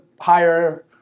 higher